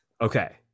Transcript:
Okay